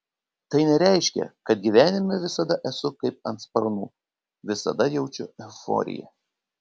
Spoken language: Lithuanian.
tai nereiškia kad gyvenime visada esu kaip ant sparnų visada jaučiu euforiją